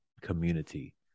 community